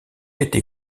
été